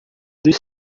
dos